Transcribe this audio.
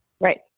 right